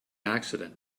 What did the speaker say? accident